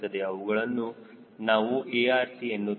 ಅವುಗಳನ್ನು ನಾವು ARC ಎನ್ನುತ್ತೇವೆ